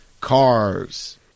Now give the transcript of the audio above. cars